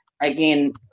Again